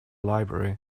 library